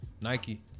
Nike